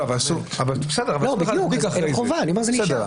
אני אומר שזה נשאר.